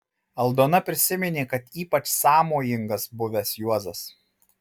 aldona prisiminė kad ypač sąmojingas buvęs juozas